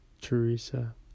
Teresa